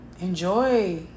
enjoy